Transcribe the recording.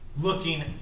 looking